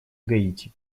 гаити